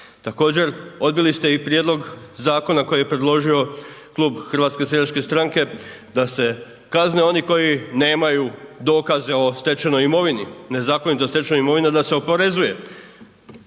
Također odbili ste i prijedlog zakona koji je predložio Klub HSS-a da se kazne oni koji nemaju dokaze o stečenoj imovini, nezakonito stečenoj imovini a da se oporezuje.